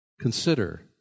Consider